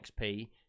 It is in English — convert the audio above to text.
XP